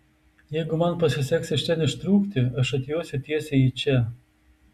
jeigu man pasiseks iš ten ištrūkti aš atjosiu tiesiai į čia